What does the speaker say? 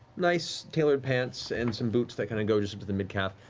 nice tailored pants, and some boots that kind of go just up to the mid-calf.